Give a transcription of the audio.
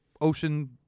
ocean